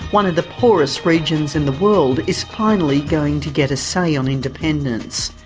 one of the poorest regions in the world is finally going to get a say on independence.